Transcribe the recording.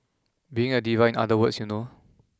being a diva in other words you know